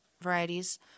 varieties